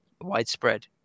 widespread